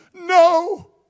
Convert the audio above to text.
No